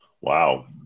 Wow